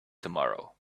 tomorrow